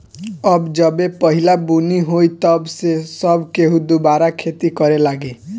अब जबे पहिला बुनी होई तब से सब केहू दुबारा खेती करे लागी